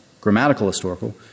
grammatical-historical